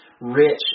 rich